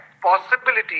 possibility